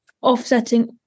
offsetting